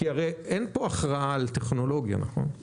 הרי אין פה הכרעה על טכנולוגיה, נכון?